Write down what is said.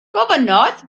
gofynnodd